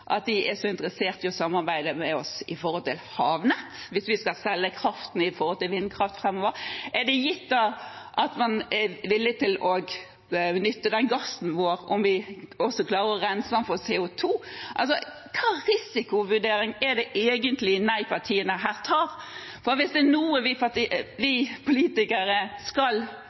at de er interessert i å samarbeide med oss om havnett hvis vi skal selge vindkraft framover? Er det gitt at man da er villig til å benytte gassen vår om vi også klarer å rense den for CO 2 ? Hvilken risikovurdering er det egentlig nei-partiene her tar? Hvis det er noe vi politikere skal